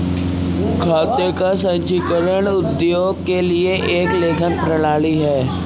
खाते का संचीकरण उद्योगों के लिए एक लेखन प्रणाली है